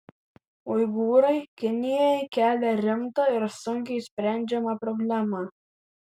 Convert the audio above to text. uigūrai kinijai kelia rimtą ir sunkiai sprendžiamą problemą